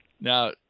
Now